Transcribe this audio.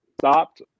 stopped